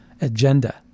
agenda